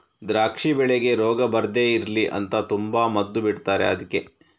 ದ್ರಾಕ್ಷಿ ಬೆಳೆಗೆ ರೋಗ ಬರ್ದೇ ಇರ್ಲಿ ಅಂತ ತುಂಬಾ ಮದ್ದು ಬಿಡ್ತಾರೆ ಅದ್ಕೆ